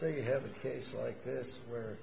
they have a case like this where